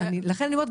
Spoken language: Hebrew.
לכן אני אומרת,